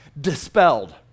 dispelled